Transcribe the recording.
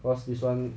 cause this one